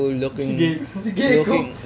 looking